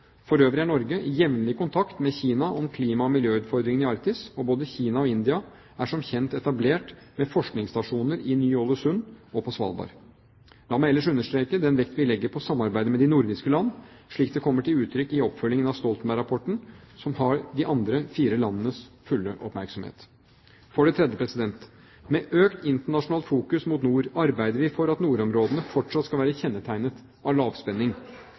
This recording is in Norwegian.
For øvrig er Norge i jevnlig kontakt med Kina om klima- og miljøutfordringene i Arktis, og både Kina og India er som kjent etablert med forskningsstasjoner i Ny-Ålesund på Svalbard. La meg ellers understreke den vekt vi legger på samarbeidet med de nordiske land, slik det kommer til uttrykk i oppfølgingen av Stoltenberg-rapporten som har de andre fire landenes fulle oppmerksomhet. For det tredje: Med økt internasjonalt fokus mot nord arbeider vi for at nordområdene fortsatt skal være kjennetegnet av lavspenning.